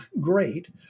great